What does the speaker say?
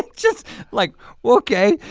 just like okay.